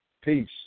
Peace